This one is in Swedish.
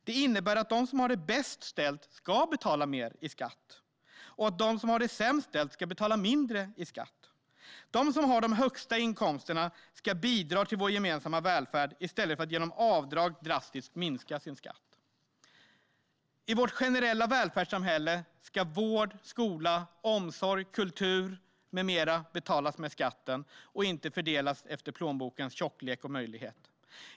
Detta innebär att de som har det bäst ställt ska betala mer i skatt och att de som har det sämst ställt ska betala mindre i skatt. De som har de högsta inkomsterna ska bidra till vår gemensamma välfärd i stället för att genom avdrag drastiskt minska sin skatt. I vårt generella välfärdssamhälle ska vård, skola, omsorg, kultur med mera betalas med skatten och inte fördelas efter plånbokens tjocklek och de möjligheter som denna ger.